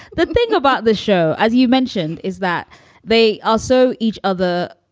the thing about the show, as you mentioned, is that they also each other,